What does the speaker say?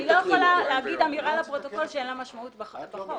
אני לא יכולה לומר אמירה לפרוטוקול שאין לה משמעות בחוק.